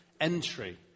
Entry